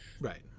Right